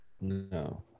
No